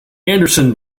anderson